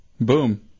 Boom